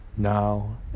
Now